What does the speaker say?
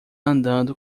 andando